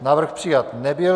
Návrh přijat nebyl.